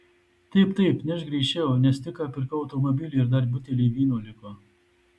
taip taip nešk greičiau nes tik ką pirkau automobilį ir dar buteliui vyno liko